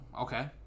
okay